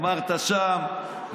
אמרת שם,